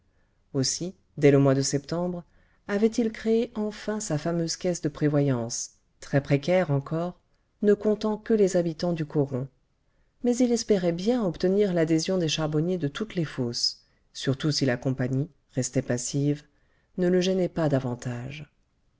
aussi dès le mois de septembre avait-il créé enfin sa fameuse caisse de prévoyance très précaire encore ne comptant que les habitants du coron mais il espérait bien obtenir l'adhésion des charbonniers de toutes les fosses surtout si la compagnie restée passive ne le gênait pas davantage